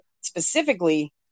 specifically